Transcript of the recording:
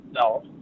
No